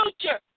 future